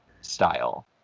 style